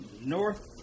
north